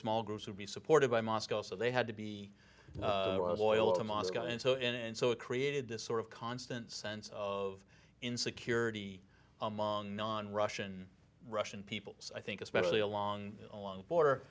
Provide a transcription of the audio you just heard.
small groups would be supported by moscow so they had to be loyal to moscow and so in and so it created this sort of constant sense of insecurity among non russian russian peoples i think especially along a long border